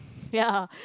ya